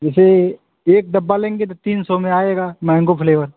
जैसे एक डब्बा लेंगे तो तीन सौ में आएगा मैंगो फ्लेवर